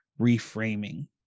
reframing